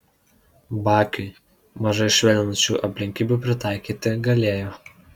bakiui mažai švelninančių aplinkybių pritaikyti galėjo